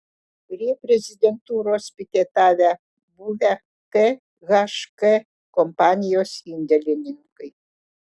prie prezidentūros piketavę buvę khk kompanijos indėlininkai